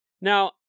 Now